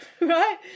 right